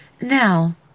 Now